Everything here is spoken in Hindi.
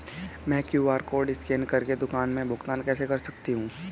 मैं क्यू.आर कॉड स्कैन कर के दुकान में भुगतान कैसे कर सकती हूँ?